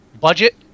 Budget